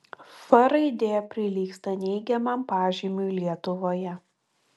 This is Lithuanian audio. f raidė prilygsta neigiamam pažymiui lietuvoje